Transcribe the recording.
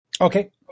Okay